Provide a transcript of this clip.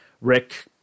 Rick